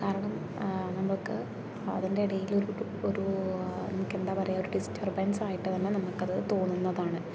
കാരണം നമുക്ക് അതിൻ്റെ ഇടയിൽ ഒരു നമുക്ക് എന്താ പറയുക നമുക്കൊരു ഡിസ്റ്റർബെൻസ് തന്നെ നമുക്കത് തോന്നുന്നതാണ്